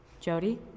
Jody